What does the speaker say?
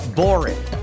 boring